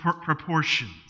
proportions